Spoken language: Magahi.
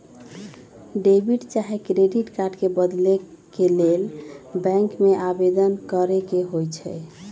डेबिट चाहे क्रेडिट कार्ड के बदले के लेल बैंक में आवेदन करेके होइ छइ